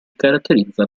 caratterizza